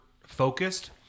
focused